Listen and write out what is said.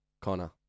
Connor